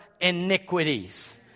iniquities